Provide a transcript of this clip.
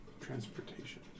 Transportation